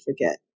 forget